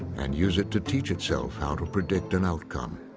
and use it to teach itself how to predict an outcome.